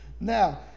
Now